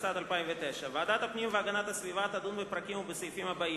התשס"ט 2009. ועדת הפנים והגנת הסביבה תדון בפרקים ובסעיפים הבאים: